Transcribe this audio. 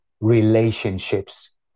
relationships